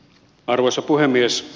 arvoisa puhemies